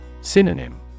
Synonym